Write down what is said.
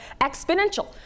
exponential